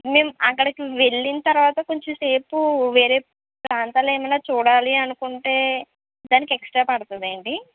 మేము అక్కడికి వెళ్ళిన తరువాత కొంచెం సేపు వేరే ప్రాంతాలు ఏమైనా చూడాలి అనుకుంటే దానికి ఎక్స్ట్రా పడుతుందా అండి